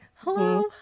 Hello